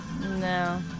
No